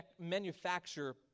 manufacture